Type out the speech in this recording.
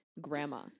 Grandma